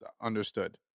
understood